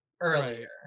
Earlier